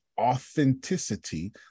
authenticity